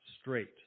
straight